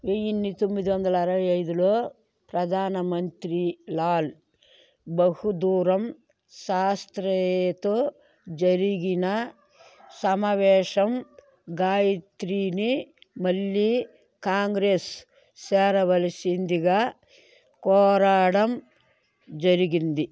వెయ్యిన్ని తొమ్మిది వందల అరవై ఐదులో ప్రధానమంత్రి లాల్ బహుదూరం శాస్త్రీయతో జరిగిన సమావేశం గాయత్రీని మళ్ళీ కాంగ్రెస్ చేరవలసిందిగా కోరడం జరిగింది